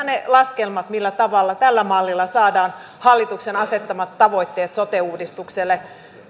ne laskelmat millä tavalla tällä mallilla saadaan hallituksen asettamat tavoitteet sote uudistukselle